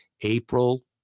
April